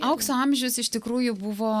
aukso amžius iš tikrųjų buvo